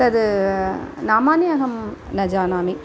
तद् नामानि अहं न जानामि